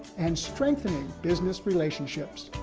and strengthening business relationships.